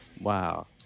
Wow